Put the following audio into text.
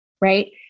right